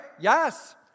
Yes